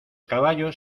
caballos